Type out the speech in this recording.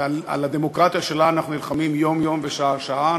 ועל הדמוקרטיה שלה אנחנו נלחמים יום-יום ושעה-שעה.